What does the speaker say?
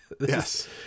Yes